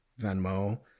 Venmo